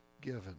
given